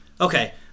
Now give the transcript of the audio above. Okay